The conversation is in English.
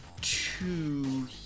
two